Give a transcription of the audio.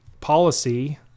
policy